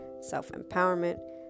self-empowerment